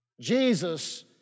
Jesus